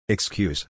Excuse